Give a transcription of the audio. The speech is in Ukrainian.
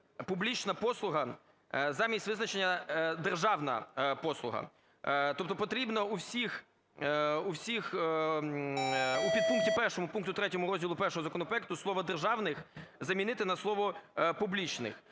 "публічна послуга" замість визначення "державна послуга". Тобто потрібно у всіх… У підпункті 1 пункту 3 розділу І законопроекту слово "державних" замінити на слово "публічних".